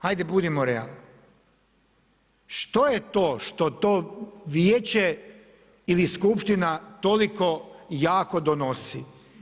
Hajde budimo realni što je to što to vijeće ili skupština toliko jako donosi?